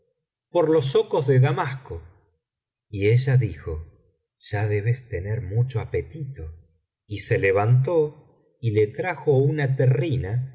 por los zocos de damasco y ella dijo ya debes tener mucho apetito y se levantó y le trajo una terrina